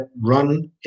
run